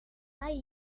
mai